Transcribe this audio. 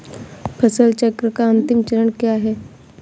फसल चक्र का अंतिम चरण क्या है?